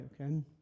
Okay